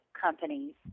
companies